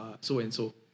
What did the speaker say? so-and-so